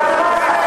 באמת.